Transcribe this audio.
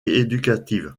éducatives